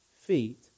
feet